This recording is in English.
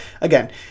again